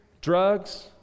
drugs